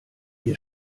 hier